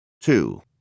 Two